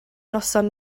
noson